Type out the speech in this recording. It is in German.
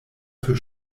für